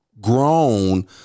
grown